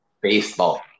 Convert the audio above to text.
Baseball